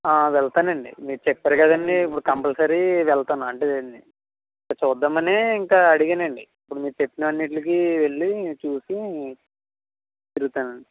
వెళ్తాను అండి మీరు చెప్పారు కదండి ఇప్పుడు కంపల్సరీ వెళ్తాను అంటే దీన్ని చూద్దాం అని ఇంకా అడిగాను అండి ఇప్పుడు మీరు చెప్పిన అన్నింటికి వెళ్ళి చూసి తిరుగుతాను అండి